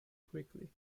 quickly